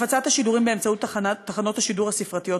הפצת השידורים באמצעות תחנות השידור הספרתיות,